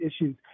issues